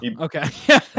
Okay